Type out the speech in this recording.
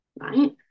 right